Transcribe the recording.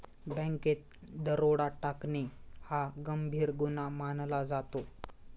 बँकेत दरोडा टाकणे हा गंभीर गुन्हा मानला जातो